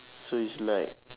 so it's like